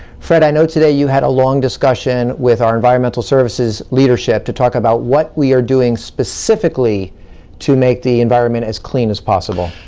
fred, i know today you had a long discussion with our environmental services leadership to talk about what we are doing specifically to make the environment as clean as possible.